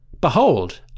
Behold